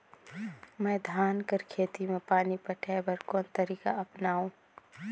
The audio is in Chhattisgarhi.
मैं धान कर खेती म पानी पटाय बर कोन तरीका अपनावो?